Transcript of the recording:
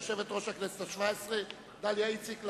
יושבת-ראש הכנסת השבע-עשרה דליה איציק,